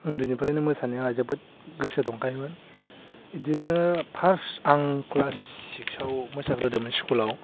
उन्दैनिफ्रायनो मोसानायाव आंहा जोबोद गोसो दंखायोमोन बिदिनो फार्स्त आं क्लास सिक्सआव मोसाग्रोदोंमोन स्कुलाव